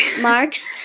marks